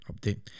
Update